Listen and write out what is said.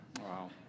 Wow